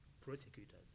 prosecutors